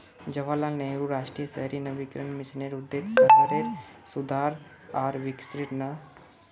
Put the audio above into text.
जवाहरलाल नेहरू राष्ट्रीय शहरी नवीकरण मिशनेर उद्देश्य शहरेर सुधार आर विकासेर त न